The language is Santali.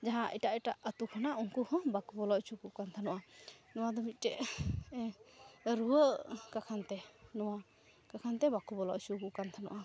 ᱡᱟᱦᱟᱸ ᱮᱴᱟᱜᱼᱮᱴᱟᱜ ᱟᱛᱳ ᱠᱷᱚᱱᱟᱜ ᱩᱱᱠᱩᱦᱚᱸ ᱵᱟᱠᱚ ᱵᱚᱞᱚ ᱚᱪᱚᱣᱟᱠᱚ ᱠᱟᱱ ᱛᱮᱦᱮᱱᱚᱜᱼᱟ ᱱᱚᱣᱟᱫᱚ ᱢᱤᱫᱴᱮᱱ ᱨᱩᱣᱟᱹ ᱠᱚᱠᱷᱟᱱᱛᱮ ᱱᱚᱣᱟ ᱠᱚᱠᱷᱚᱱᱛᱮ ᱵᱟᱠᱚ ᱵᱚᱞᱚ ᱚᱪᱚᱣᱟᱠᱚ ᱠᱟᱱ ᱛᱦᱮᱱᱚᱜᱼᱟ